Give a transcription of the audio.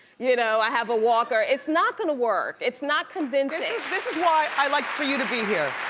you know i have a walker, it's not gonna work, it's not convincing. this is why i like for you to be here.